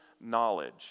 knowledge